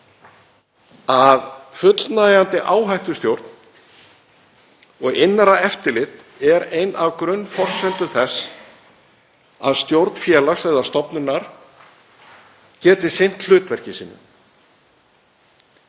að fullnægjandi áhættustjórn og innra eftirlit er ein af grunnforsendum þess að stjórn félags eða stofnunar geti sinnt hlutverki sínu